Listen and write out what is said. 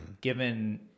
given